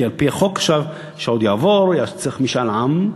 כי על-פי החוק שעוד יעבור צריך משאל עם.